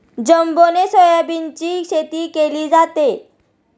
जंबोने सोयाबीनची शेती केली आहे